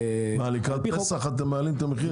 מה, לקראת פסח אתם מעלים את המחיר?